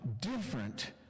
different